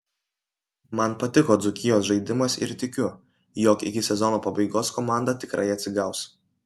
man patiko dzūkijos žaidimas ir tikiu jog iki sezono pabaigos komanda tikrai atsigaus